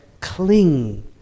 cling